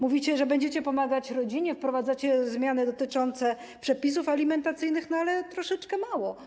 Mówicie, że będziecie pomagać rodzinie, wprowadzacie zmiany dotyczące przepisów alimentacyjnych, ale troszeczkę mało.